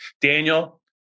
Daniel